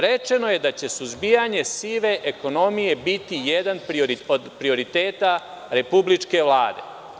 Rečeno je da će suzbijanje sive ekonomije biti jedan od prioriteta republičke Vlade.